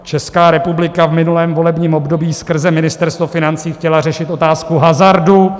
Česká republika v minulém volebním období skrze Ministerstvo financí chtěla řešit otázku hazardu.